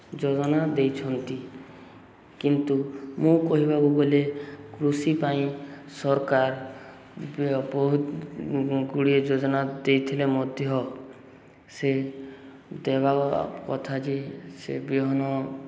ଯୋଜନା ଦେଇଛନ୍ତି କିନ୍ତୁ ମୁଁ କହିବାକୁ ଗଲେ କୃଷି ପାଇଁ ସରକାର ବହୁତ ଗୁଡ଼ିଏ ଯୋଜନା ଦେଇଥିଲେ ମଧ୍ୟ ସେ ଦେବା କଥା ଯେ ସେ ବିହନ